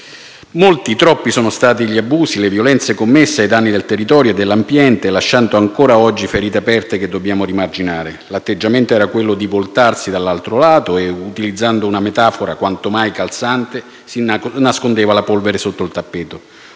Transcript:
Molti, troppi, sono stati gli abusi e le violenze commessi ai danni del territorio e dell'ambiente, lasciando ancora oggi ferite aperte che dobbiamo rimarginare. L'atteggiamento era quello di voltarsi dall'altro lato e, utilizzando una metafora quanto mai calzante, di nascondere la polvere sotto il tappeto.